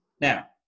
Now